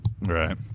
Right